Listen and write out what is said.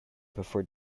before